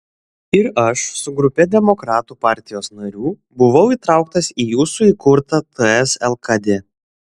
ir aš su grupe demokratų partijos narių buvau įtrauktas į jūsų įkurtą ts lkd